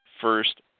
first